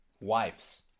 wives